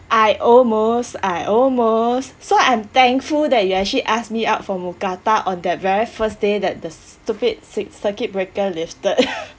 I almost I almost so I'm thankful that you actually asked me out for mookata on the very first day that the stupid cir~ circuit breaker lifted